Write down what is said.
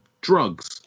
drugs